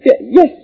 Yes